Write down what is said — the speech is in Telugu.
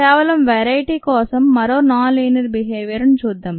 కేవలం వెరైటీ కోసం మరో నాన్ లీనియర్ బిహేవియర్ ను చూద్దాం